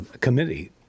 committee